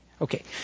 Okay